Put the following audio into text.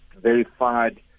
verified